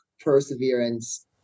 perseverance